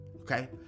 okay